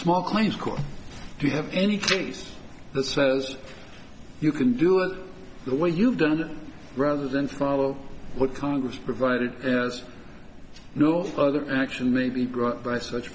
small claims court if you have any case the says you can do it the way you've done rather than follow what congress provided no other action may be brought by such